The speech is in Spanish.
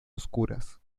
oscuras